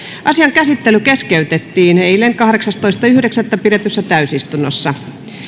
asian käsittely keskeytettiin eilen kahdeksastoista yhdeksättä kaksituhattakahdeksantoista pidetyssä täysistunnossa